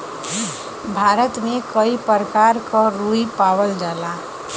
भारत में कई परकार क रुई पावल जाला